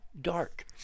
dark